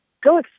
go